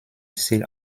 seal